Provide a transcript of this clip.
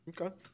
Okay